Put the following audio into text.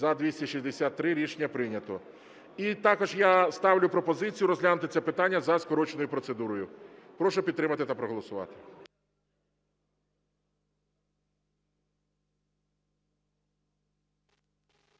За-263 Рішення прийнято. І також я ставлю пропозицію розглянути це питання за скороченою процедурою. Прошу підтримати та проголосувати.